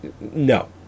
no